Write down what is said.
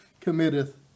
committeth